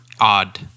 odd